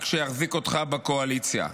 רק שיחזיקו אותך בקואליציה.